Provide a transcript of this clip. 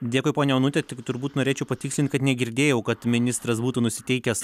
dėkui ponia onute tik turbūt norėčiau patikslint kad negirdėjau kad ministras būtų nusiteikęs